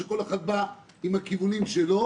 שכל אחד בא עם הכיוונים שלו.